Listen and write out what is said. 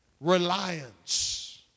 reliance